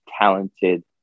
talented